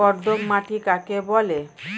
কর্দম মাটি কাকে বলে?